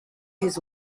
his